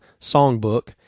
songbook